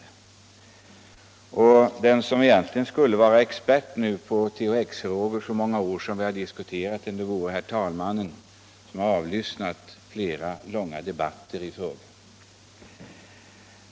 Den som egentligen nu skulle vara expert på THX-frågor, så många år som vi har diskuterat dem, vore herr talmannen, som har avlyssnat flera långa debatter i ämnet.